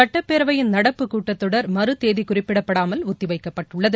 சுட்டப்பேரவையின் நடப்புக் கூட்டத்தொடர் மறுதேதி குறிப்பிடாமல் ஒத்திவைக்கப்பட்டுள்ளது